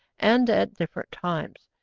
and at different times,